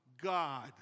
God